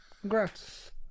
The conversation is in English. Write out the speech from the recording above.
Congrats